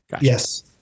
yes